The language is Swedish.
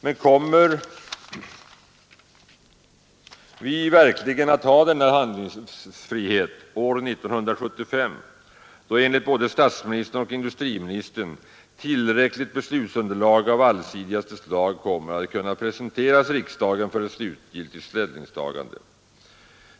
Men kommer vi verkligen att ha denna handlingsfrihet år 1975, då enligt både statsministern och industriministern tillräckligt beslutsunderlag av allsidigaste slag kommer att kunna presenteras riksdagen för ett slutgiltigt ställningstagande?